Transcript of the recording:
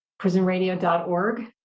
Prisonradio.org